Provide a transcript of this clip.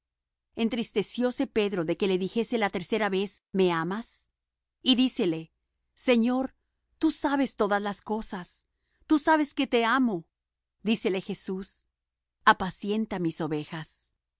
amas entristecióse pedro de que le dijese la tercera vez me amas y dícele señor tú sabes todas las cosas tú sabes que te amo dícele jesús apacienta mis ovejas